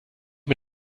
mit